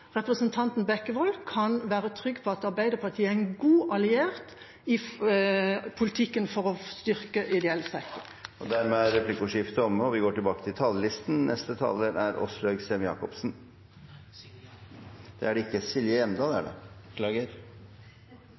representanten Bekkevold kan være trygg på at Arbeiderpartiet er en god alliert i politikken for å styrke ideell sektor. Dermed er replikkordskiftet omme. Jeg synes det er veldig kjekt å kunne stå her i dag og snakke om det jeg vil kalle barnas budsjett, nettopp fordi dette er